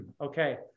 Okay